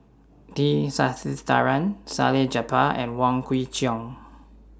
T Sasitharan Salleh Japar and Wong Kwei Cheong